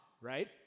right